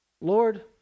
Lord